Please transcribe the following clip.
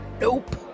nope